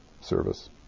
service